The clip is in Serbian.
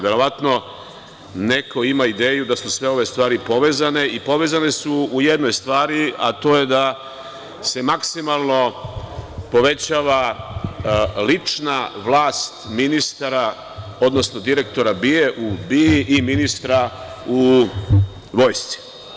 Verovatno neko ima ideju da su sve ove stvari povezane i povezane su u jednoj stvari, a to je da se maksimalno povećava lična vlast ministara, odnosno direktora BIA-e u BIA-i i ministra u Vojsci.